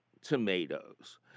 tomatoes